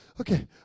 Okay